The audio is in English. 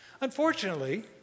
Unfortunately